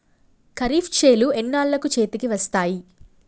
ఖరీఫ్ చేలు ఎన్నాళ్ళకు చేతికి వస్తాయి?